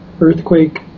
earthquake